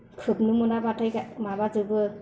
खोबनो मोनाब्लाथाय माबाजोबो